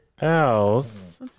else